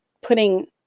putting